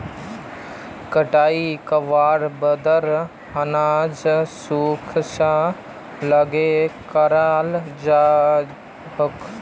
कटाई करवार बाद अनाजक भूसा स अलग कराल जा छेक